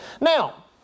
Now